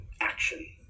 Action